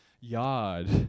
yard